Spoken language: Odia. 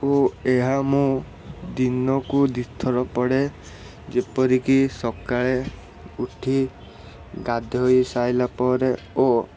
ଓ ଏହା ମୁଁ ଦିନକୁ ଦୁଇ ଥର ପଢ଼େ ଯେପରିକି ସକାଳେ ଉଠି ଗାଧୋଇ ସାଇଲା ପରେ ଓ